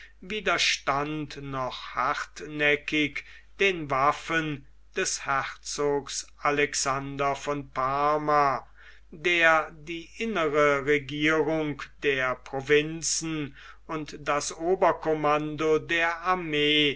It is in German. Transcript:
widerstand noch hartnäckig den waffen des herzogs alexander von parma der die innere regierung der provinzen und das obercommando der armee